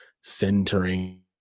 centering